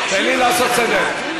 תן לי לעשות סדר.